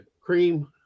cream